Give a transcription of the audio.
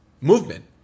movement